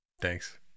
Thanks